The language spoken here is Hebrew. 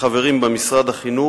שחברים בה משרד החינוך,